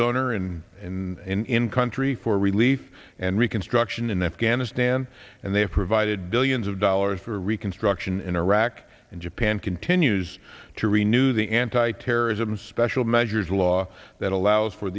donor and in country for relief and reconstruction in afghanistan and they have provided billions of dollars for reconstruction in iraq and japan continues to renew the anti terrorism special measures law that allows for